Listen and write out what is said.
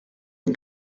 and